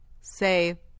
Say